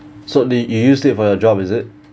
so they you used it for your job is it